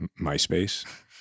MySpace